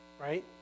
right